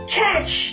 catch